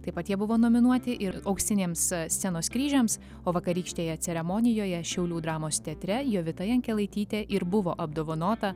taip pat jie buvo nominuoti ir auksiniams scenos kryžiams o vakarykštėje ceremonijoje šiaulių dramos teatre jovita jankelaitytė ir buvo apdovanota